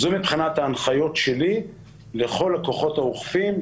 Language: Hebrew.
אלה ההנחיות שלי לכל הכוחות האוכפים,